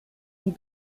die